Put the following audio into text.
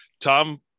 Tom